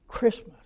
Christmas